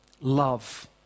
love